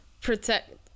protect